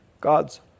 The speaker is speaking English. God's